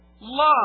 love